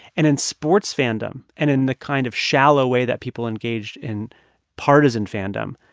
and in sports fandom and in the kind of shallow way that people engage in partisan fandom,